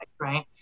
right